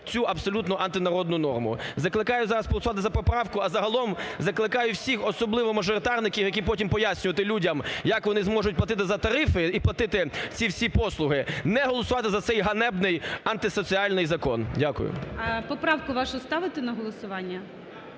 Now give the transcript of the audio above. цю абсолютно антинародну норму. Закликаю зараз проголосувати за поправку, а загалом закликаю всіх, особливо мажоритарників, яким потім пояснювати людям, як вони зможуть за тарифи і платити ці всі послуги, не голосувати за цей ганебний антисоціальний закон. Дякую. ГОЛОВУЮЧИЙ. Поправку вашу ставити на голосування?